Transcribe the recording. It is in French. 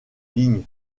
ligne